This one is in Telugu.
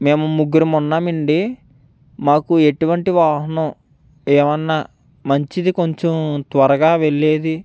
మేము ముగ్గురం ఉన్నామండి మాకు ఎటువంటి వాహనం ఏమన్నా మంచిది కొంచెం త్వరగా వెళ్ళేది